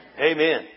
Amen